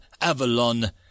Avalon